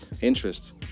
interest